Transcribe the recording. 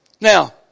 Now